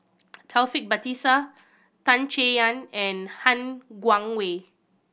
Taufik Batisah Tan Chay Yan and Han Guangwei